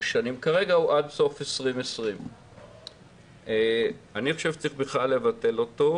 כרגע הוא עד סוף 2020. אני חושב שצריך בכלל לבטל אותו,